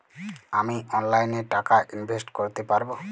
আমি অনলাইনে টাকা ইনভেস্ট করতে পারবো?